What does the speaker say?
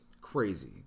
crazy